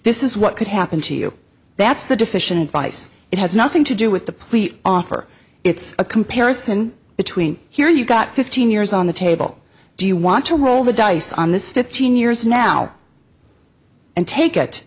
this is what could happen to you that's the deficient advice it has nothing to do with the plea offer it's a comparison between here you got fifteen years on the table do you want to roll the dice on this fifteen years now and take it